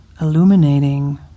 illuminating